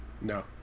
No